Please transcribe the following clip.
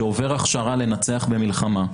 שעובר הכשרה לנצח במלחמה,